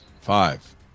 Five